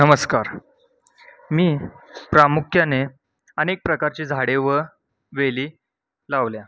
नमस्कार मी प्रामुख्याने अनेक प्रकारचे झाडे व वेली लावल्या